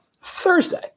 Thursday